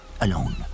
alone